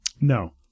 No